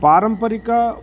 पारम्परिक